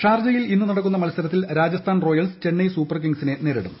ഷാർജയിൽ ഇന്നു നടക്കുന്ന മത്സരത്തിൽ രാജസ്ഥാൻ റോയൽസ് ചെന്നൈ സൂപ്പർ കിംഗ്സിനെ നേരിടും